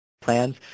Plans